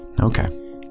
Okay